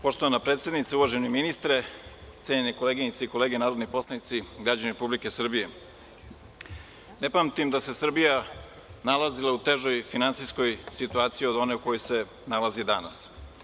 Poštovana predsednice, uvaženi ministre, cenjene koleginice i kolege narodni poslanici, građani Republike Srbije, ne pamtim da se Srbija nalazila u težoj finansijskoj situaciji od one u kojoj se nalazi danas.